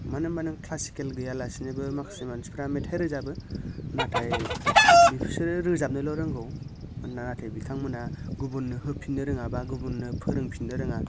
मानो होमब्ला नों क्लासिकेल गैयालासिनोबो माखासे मानसिफ्रा मेथाइ रोजाबो नाथाय बेसोरो रोजाबनोल' रोंगौ नाथाय बिथांमोनहा गुबुननो होफिननो रोङा बा गुबुननो फोरोंफिननो रोङा